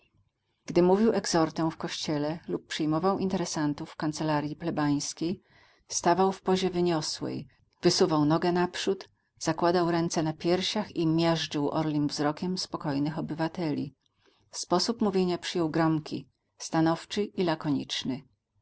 gdy mówił egzortę w kościele lub przyjmował interesentów w kancelarji plebańskiej stawał w pozie wyniosłej wysuwał nogę naprzód zakładał ręce na piersiach i miażdżył orlim wzrokiem spokojnych obywateli sposób mówienia przyjął gromki stanowczy i lakoniczny